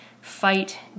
fight